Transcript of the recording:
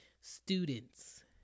students